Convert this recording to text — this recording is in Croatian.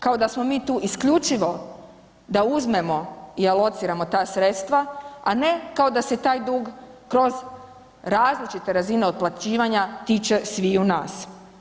Kao da smo mi tu isključivo da uzmemo i alociramo ta sredstva, a ne da se taj dug kroz različite razine otplaćivanja tiče sviju nas.